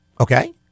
Okay